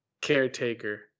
Caretaker